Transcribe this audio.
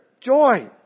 Joy